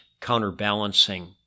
counterbalancing